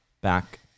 back